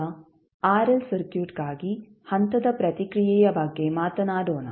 ಈಗ ಆರ್ಎಲ್ ಸರ್ಕ್ಯೂಟ್ಗಾಗಿ ಹಂತದ ಪ್ರತಿಕ್ರಿಯೆಯ ಬಗ್ಗೆ ಮಾತನಾಡೋಣ